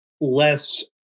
less